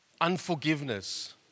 unforgiveness